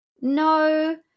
No